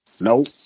Nope